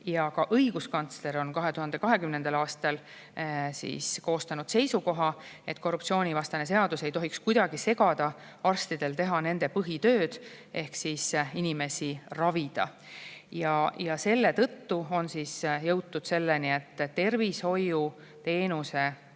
Ka õiguskantsler on 2020. aastal koostanud seisukoha, et korruptsioonivastane seadus ei tohiks kuidagi segada arstidel nende põhitöö tegemist ehk inimeste ravimist. Ja selle tõttu on jõutud selleni, et tervishoiuteenuse